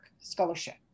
scholarship